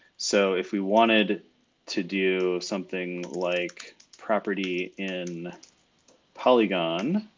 so if we wanted to do something like property in polygon,